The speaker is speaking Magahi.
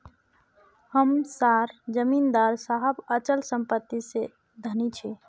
हम सार जमीदार साहब अचल संपत्ति से धनी छे